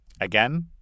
again